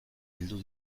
heldu